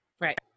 Right